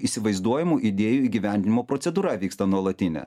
įsivaizduojamų idėjų įgyvendinimo procedūra vyksta nuolatinė